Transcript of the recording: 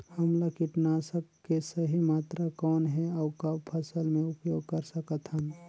हमला कीटनाशक के सही मात्रा कौन हे अउ कब फसल मे उपयोग कर सकत हन?